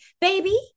baby